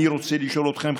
אני רוצה לשאול אתכם,